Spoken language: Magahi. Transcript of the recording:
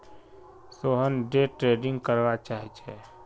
सोहन डे ट्रेडिंग करवा चाह्चे